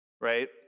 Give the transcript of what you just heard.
right